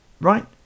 right